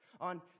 on